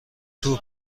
توی